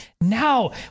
now